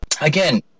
again